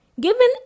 given